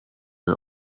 der